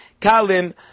kalim